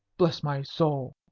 bless my soul,